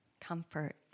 comfort